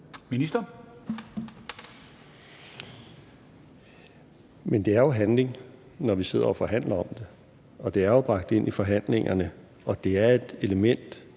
Hækkerup): Men det er jo handling, når vi sidder og forhandler om det. Og det er bragt ind i forhandlingerne. Det er et element